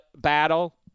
battle